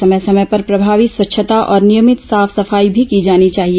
समय समय पर प्रभावी स्वच्छता और नियमित साफ सफाई भी की जानी चाहिए